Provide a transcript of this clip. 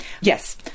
Yes